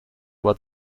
what